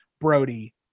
brody